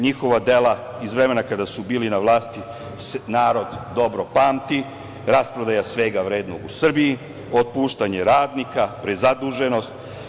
Njihova dela iz vremena kada su bili na vlasti narod dobro pamti, rasprodaja svega vrednog u Srbiji, otpuštanje radnika, prezaduženost.